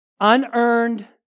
unearned